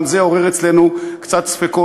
גם זה עורר אצלנו קצת ספקות,